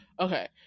Okay